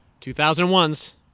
2001's